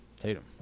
Tatum